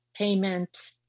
payment